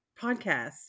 podcast